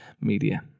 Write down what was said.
media